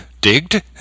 digged